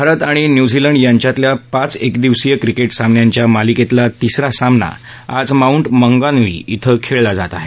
भारत आणि न्यूझीलंड यांच्यातल्या पाच एकदिवसीय क्रिकेट सामन्यांच्या मालिकेतला तिसरा सामना आज माउंट मौंगानुई इथं खेळला जात आहे